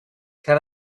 can